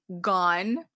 gone